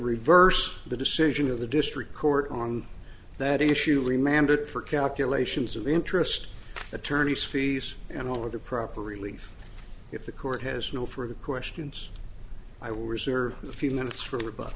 reverse the decision of the district court on that issue re mandate for calculations of interest attorneys fees and all of the proper relief if the court has no further questions i will reserve the few minutes for